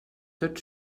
tot